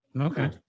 okay